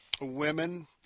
women